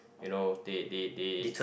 you know they they they